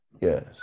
Yes